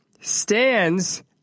stands